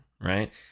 right